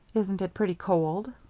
isn't it pretty cold?